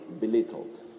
belittled